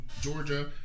Georgia